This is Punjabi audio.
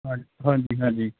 ਹਾਂਜੀ ਹਾਂਜੀ